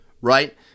right